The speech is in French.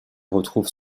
retrouve